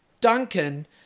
Duncan